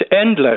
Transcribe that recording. endless